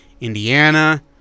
Indiana